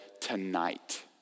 tonight